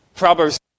Proverbs